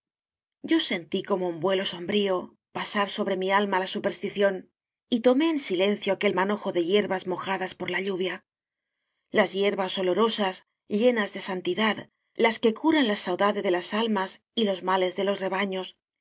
yo sentí como un vuelo sombrío pasar sobre mi alma la superstición y tomé en silencio aquel manojo de hierbas mojadas por la lluvia las hierbas olorosas llenas de santidad las que curan la saudade de las almas y los males de los rebaños